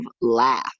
laugh